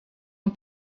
een